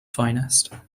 finest